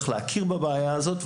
להכיר בבעיה הזו,